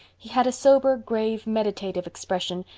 he had a sober, grave, meditative expression,